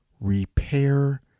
repair